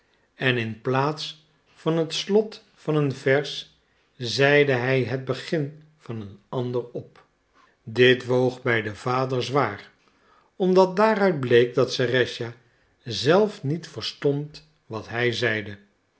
en in plaats van het slot van een vers zeide hij het begin van een ander op dit woog bij den vader zwaar omdat daaruit bleek dat serëscha zelf niet verstond wat hij zeide